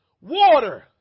Water